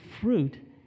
fruit